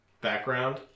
background